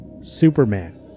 Superman